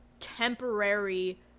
temporary